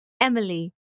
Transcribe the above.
Emily